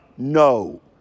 No